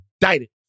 indicted